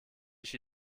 ich